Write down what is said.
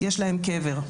יש להם קבר.